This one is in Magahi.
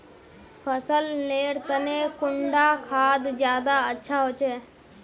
फसल लेर तने कुंडा खाद ज्यादा अच्छा होचे?